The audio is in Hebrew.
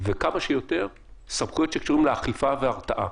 וכמה שיותר סמכויות שקשורות לאכיפה והרתעה.